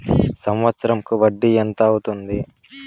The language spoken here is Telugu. సంవత్సరం కు వడ్డీ ఎంత అవుతుంది?